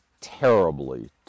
terribly